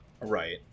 Right